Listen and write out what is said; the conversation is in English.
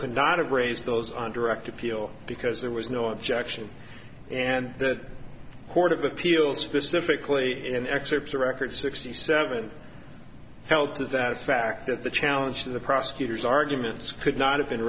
have raised those on direct appeal because there was no objection and the court of appeals specifically in excerpts the record sixty seven held to that fact that the challenge to the prosecutor's arguments could not have been